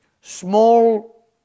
small